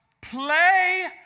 Play